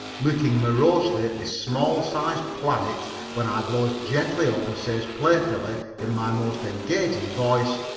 looking morosely at this small size planet when i blows gently up and says playfully in my most engaging voice